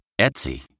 Etsy